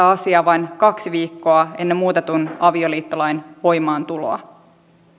asiaa vain kaksi viikkoa ennen muutetun avioliittolain voimaantuloa